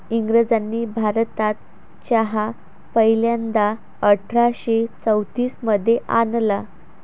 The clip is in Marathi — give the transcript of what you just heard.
इंग्रजांनी भारतात चहा पहिल्यांदा अठरा शे चौतीस मध्ये आणला